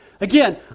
Again